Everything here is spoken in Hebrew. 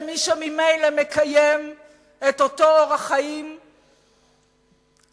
למי שממילא מקיים את אותו אורח חיים שאצלנו,